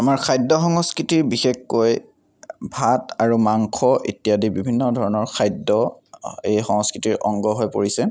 আমাৰ খাদ্য সংস্কৃতিৰ বিশেষকৈ ভাত আৰু মাংস ইত্যাদি বিভিন্ন ধৰণৰ খাদ্য এই সংস্কৃতিৰ অংগ হৈ পৰিছে